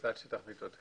הוצאת שטח מיטות?